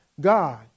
God